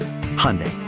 Hyundai